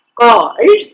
called